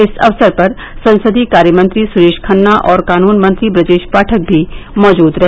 इस अवसर पर संसदीय कार्य मंत्री सुरेश खन्ना और कानून मंत्री ब्रजेश पाठक भी मौजूद रहे